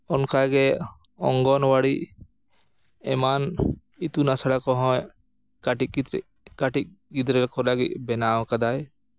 ᱚᱱᱠᱟᱜᱮ ᱚᱝᱜᱚᱱᱳᱣᱟᱲᱤ ᱮᱢᱟᱱ ᱤᱛᱩᱱ ᱟᱥᱲᱟ ᱠᱚᱦᱚᱸ ᱠᱟᱹᱴᱤᱡ ᱠᱟᱹᱴᱤᱡ ᱜᱤᱫᱽᱨᱟᱹ ᱠᱚ ᱞᱟᱹᱜᱤᱫ ᱵᱮᱱᱟᱣ ᱠᱟᱫᱟᱭ